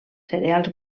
cereals